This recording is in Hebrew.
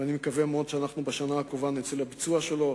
ואני מקווה מאוד שבשנה הקרובה נצא לביצוע שלו.